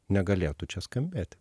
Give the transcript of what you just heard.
negalėtų čia skambėti